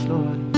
Lord